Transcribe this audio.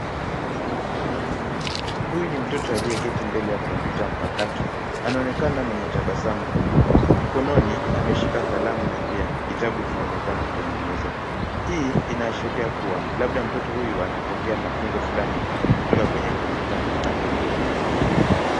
Huyu ni mtoto aliyeketi mbele ya kompyuta mpakato, anaonekana mwenye tabasamu kubwa, mkononi ameshika kalamu na pia kitabu kinaonekana kwenye meza, hii inaashiria kuwa, labda mtoto huyu anapokea mafunzo fulani kutoka kwenye kompyuta mpakato hiyo.